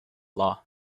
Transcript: law